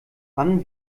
wann